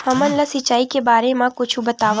हमन ला सिंचाई के बारे मा कुछु बतावव?